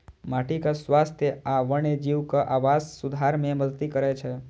माटिक स्वास्थ्य आ वन्यजीवक आवास सुधार मे मदति करै छै